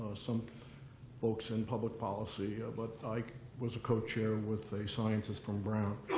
ah some folks in public policy. ah but i like was co-chair with a scientist from brown.